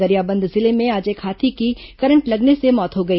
गरियाबंद जिले में आज एक हाथी की करंट लगने से मौत हो गई